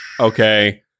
Okay